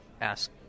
ask